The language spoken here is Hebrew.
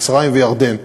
מצרים וירדן.